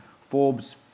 Forbes